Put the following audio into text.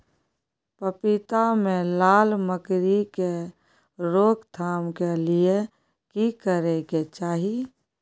पपीता मे लाल मकरी के रोक थाम के लिये की करै के चाही?